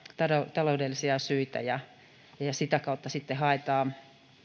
taloudellisia syitä ja ja sitä kautta sitten haetaan